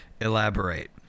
elaborate